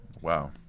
Wow